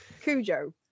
Cujo